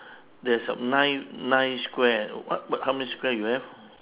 there's a nine nine square what what how many square you have